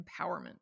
Empowerment